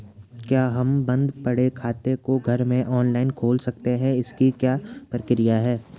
क्या हम बन्द पड़े खाते को घर में ऑनलाइन खोल सकते हैं इसकी क्या प्रक्रिया है?